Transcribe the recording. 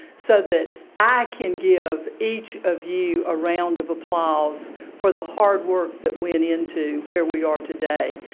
so that i can give each of you a round of applause for the hard work that went into where we are today.